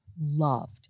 loved